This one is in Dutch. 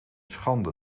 schande